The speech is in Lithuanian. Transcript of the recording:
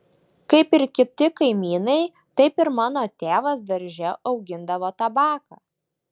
kaip ir kiti kaimynai taip ir mano tėvas darže augindavo tabaką